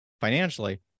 financially